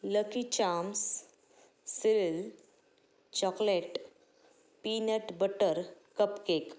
lucky charms cereal chocolate peanut butter cupcake